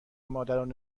مادران